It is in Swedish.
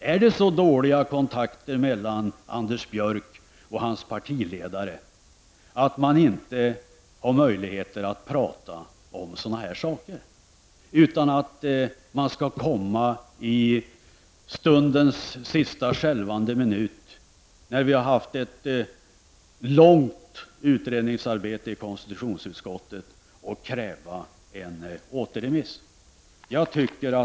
Är det så dåliga kontakter mellan honom och hans partiledare att de inte kan prata om sådana här saker? I stället kräver Anders Björck återremiss i ett mycket sent skede efter en lång utredning i konrstitutionsutskottet.